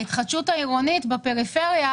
ההתחדשות העירונית בפריפריה,